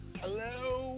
hello